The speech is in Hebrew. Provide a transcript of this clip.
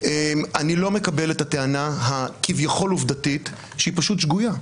אני לא מקבל את הטענה הכביכול עובדתית שהיא פשוט שגויה,